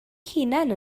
hunain